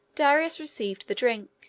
darius received the drink.